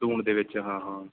ਦੂਣ ਦੇ ਵਿੱਚ ਹਾਂ ਹਾਂ